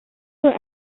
were